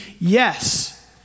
yes